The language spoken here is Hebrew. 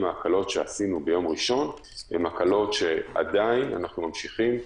ההקלות שעשינו ביום ראשון הן הקלות שאנחנו ממשיכים בהן,